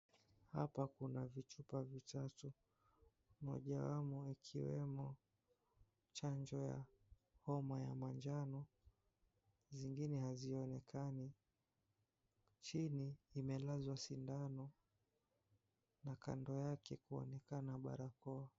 Hapa kuna vichupa vichache moja yamo ikiwemo chanjo ya homa ya manjano, zingine hazionekani, chini imelazwa sindano na kando yake kuonekana barakoa.